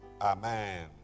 amen